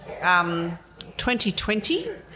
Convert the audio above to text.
2020